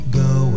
Go